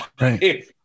Right